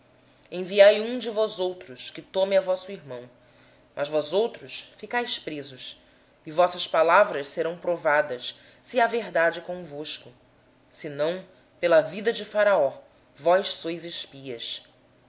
enviai um dentre vós que traga vosso irmão mas vós ficareis presos a fim de serem provadas as vossas palavras se há verdade convosco e se não pela vida de faraó vós sois espias